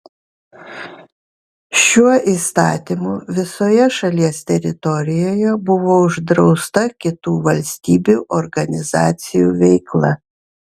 šiuo įstatymu visoje šalies teritorijoje buvo uždrausta kitų valstybių organizacijų veikla